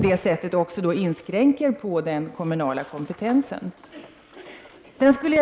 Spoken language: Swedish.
Därigenom inskränks också den kommunala kompetensen. På s.